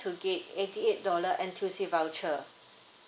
to get eighty eight dollar voucher